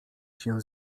się